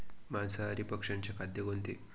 मांसाहारी पक्ष्याचे खाद्य कोणते?